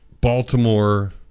Baltimore